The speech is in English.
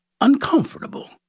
uncomfortable